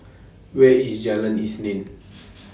Where IS Jalan Isnin